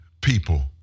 people